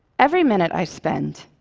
every minute i spend,